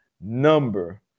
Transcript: number